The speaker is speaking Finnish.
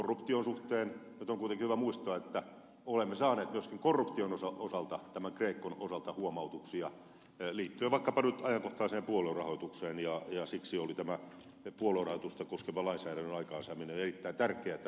nyt kuitenkin on hyvä muistaa että olemme saaneet myöskin korruption osalta tämän grecon osalta huomautuksia liittyen vaikkapa nyt ajankohtaiseen puoluerahoitukseen ja siksi oli tämä puoluerahoitusta koskevan lainsäädännön aikaansaaminen erittäin tärkeätä